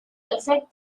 effect